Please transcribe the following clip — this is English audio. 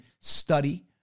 study